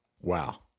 Wow